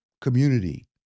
community